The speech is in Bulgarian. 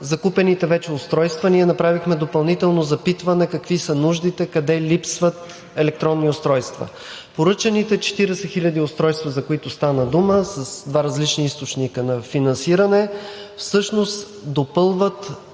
закупените вече устройства, ние направихме допълнително запитване какви са нуждите, къде липсват електронни устройства. Поръчаните 40 хиляди устройства, за които стана дума, с два различни източника на финансиране, всъщност допълват